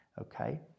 okay